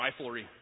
riflery